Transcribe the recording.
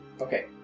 Okay